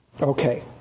Okay